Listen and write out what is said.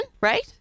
right